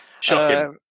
shocking